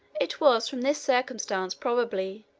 it was from this circumstance, probably,